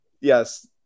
yes